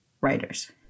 writers